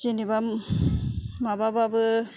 जेनेबा माबाब्लाबो